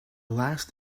last